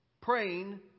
praying